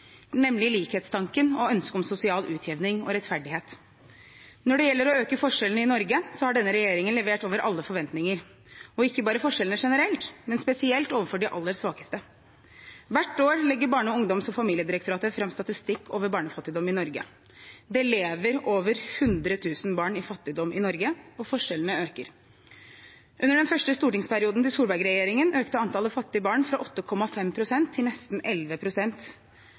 nemlig likhetstanken og ønsket om sosial utjevning og rettferdighet. Når det gjelder å øke forskjellene i Norge, har denne regjeringen levert over all forventning – og ikke bare forskjellene generelt, men spesielt overfor de aller svakeste. Hvert år legger Barne-, ungdoms- og familiedirektoratet fram statistikk over barnefattigdom i Norge. Det lever over 100 000 barn i fattigdom i Norge, og forskjellene øker. I den første stortingsperioden under Solberg-regjeringen økte antallet fattige barn fra 8,5 pst. til nesten